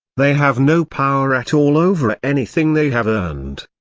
they have no power at all over anything they have earned.